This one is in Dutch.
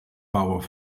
bouwen